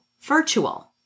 virtual